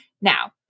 Now